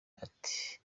ati